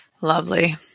Lovely